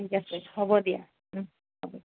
ঠিক আছে হ'ব দিয়া হ'ব